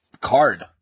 card